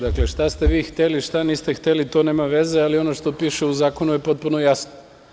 Dakle, šta ste vi hteli, šta niste hteli, to nema veze, ali ono što piše u zakonu je potpuno jasno.